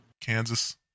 kansas